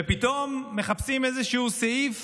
ופתאום מחפשים איזשהו סעיף